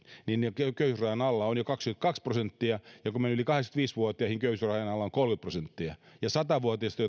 niin köyhyysrajan alla on jo kaksikymmentäkaksi prosenttia ja kun menee yli kahdeksankymmentäviisi vuotiaisiin köyhyysrajan alla on kolmekymmentä prosenttia ja satavuotiaista